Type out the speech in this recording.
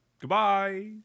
Goodbye